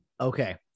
Okay